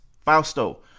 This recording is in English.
Fausto